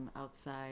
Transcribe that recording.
outside